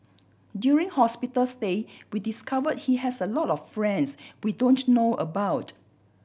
during hospital stay we discovered he has a lot of friends we don't know about